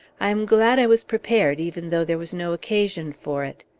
i am glad i was prepared, even though there was no occasion for it.